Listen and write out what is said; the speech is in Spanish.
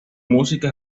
música